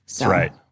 Right